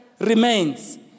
remains